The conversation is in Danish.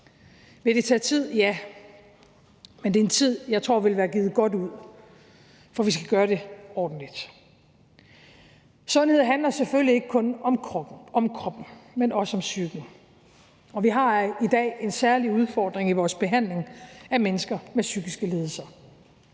Vil det tage tid? Ja, men det er en tid, jeg tror vil være givet godt ud, for vi skal gøre det ordentligt. Sundhed handler selvfølgelig ikke kun om kroppen, men også om psyken, og vi har i dag en særlig udfordring i vores behandling af mennesker med psykiske lidelser.